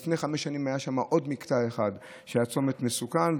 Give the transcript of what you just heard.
לפני חמש שנים היה שם עוד מקטע שהיה צומת מסוכן,